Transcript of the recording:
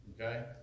Okay